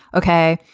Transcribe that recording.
ok,